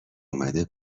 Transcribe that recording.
اومده